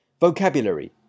Vocabulary